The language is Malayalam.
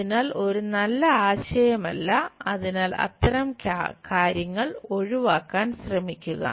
അതിനാൽ ഒരു നല്ല ആശയമല്ല അതിനാൽ അത്തരം കാര്യങ്ങൾ ഒഴിവാക്കാൻ ശ്രമിക്കുക